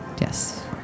Yes